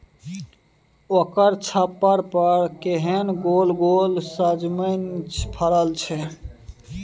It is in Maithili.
ओकर छप्पर पर केहन गोल गोल सजमनि फड़ल छै